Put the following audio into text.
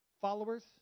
Followers